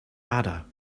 ada